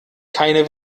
keine